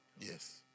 Yes